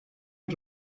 els